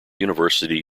university